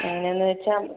അങ്ങനെ എന്ന് വെച്ചാൽ